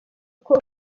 uko